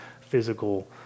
physical